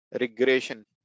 regression